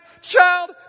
Child